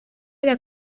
era